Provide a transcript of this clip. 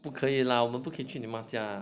不可以啦我们不可以去你妈家啦